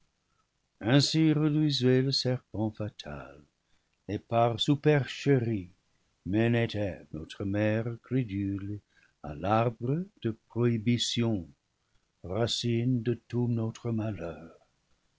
ainsi reluisait le serpent fatal et par supercherie menait eve notre mère crédule à l'arbre de prohibition racine de tout notre malheur